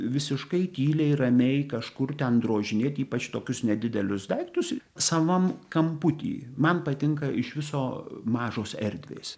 visiškai tyliai ramiai kažkur ten drožinėti ypač tokius nedidelius daiktus savam kamputy man patinka iš viso mažos erdvės